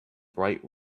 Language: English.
bright